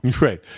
Right